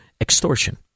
extortion